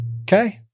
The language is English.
Okay